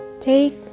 take